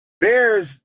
Bears